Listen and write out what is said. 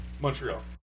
Montreal